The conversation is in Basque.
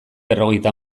berrogeita